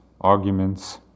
arguments